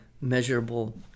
measurable